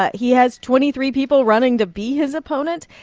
ah he has twenty three people running to be his opponent.